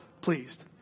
pleased